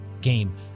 game